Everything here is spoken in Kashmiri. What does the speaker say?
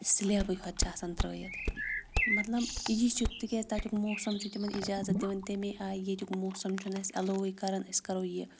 سٕلیبٕے ہوت چھِ آسان ترٛٲیِتھ مطلب یہِ چھُ تِکیٛازِ تَتیُک موسم چھُ تِمَن اِجازَت دِوان تَمی آے ییٚتیُک موسم چھُنہٕ اَسہِ اٮ۪لووُے کَران أسۍ کَرو یہِ